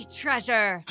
treasure